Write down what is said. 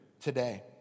today